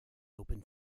open